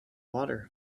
water